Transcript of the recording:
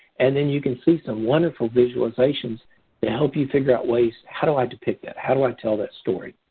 and then you can see some wonderful visualizations to help you figure out ways, how do i depict that? how do i tell that story?